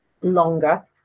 longer